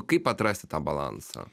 kaip atrasti tą balansą